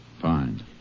Fine